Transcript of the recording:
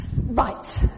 Right